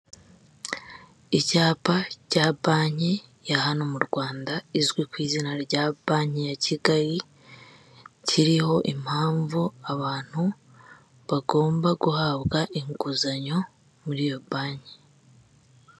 Icyapa cya banki ya hano mu rwanda izwi ku izina rya banki ya kigali kiriho impamvu abantu bagomba guhabwa inguzanyo muri iyo banki.